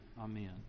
amen